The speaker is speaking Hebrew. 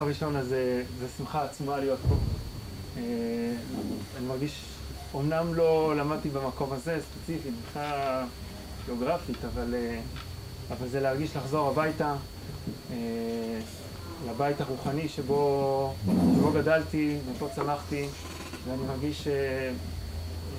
הראשון, אז זה שמחה עצומה להיות פה. אה... אני מרגיש... אמנם לא למדתי במקום הזה, ספציפית, מבחינה גאוגרפית, אבל אה... אבל זה להרגיש לחזור הביתה. אה... לבית הרוחני שבו גדלתי ופה צמחתי, ואני מרגיש ש...